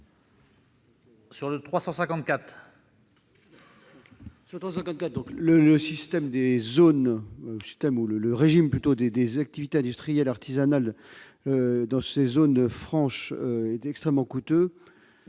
? Le régime des activités industrielles et artisanales dans ces zones franches est extrêmement coûteux.